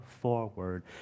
forward